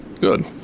Good